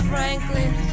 Franklin